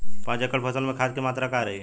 पाँच एकड़ फसल में खाद के मात्रा का रही?